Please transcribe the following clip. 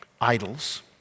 idols